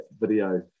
video